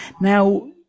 Now